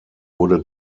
wurde